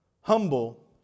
Humble